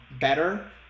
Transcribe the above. better